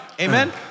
Amen